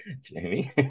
Jamie